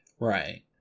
Right